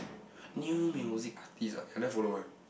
new music artiste ah I never follow eh